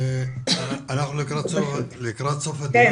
אנחנו לקראת סוף הדיון.